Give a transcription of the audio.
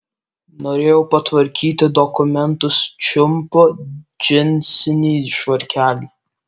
norėjau patvarkyti dokumentus čiumpu džinsinį švarkelį